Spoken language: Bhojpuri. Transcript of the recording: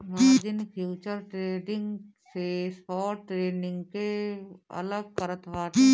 मार्जिन फ्यूचर्स ट्रेडिंग से स्पॉट ट्रेडिंग के अलग करत बाटे